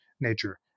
nature